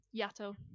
yato